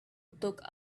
took